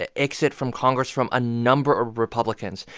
ah exit from congress from a number of republicans.